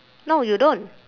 no you don't